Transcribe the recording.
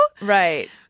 right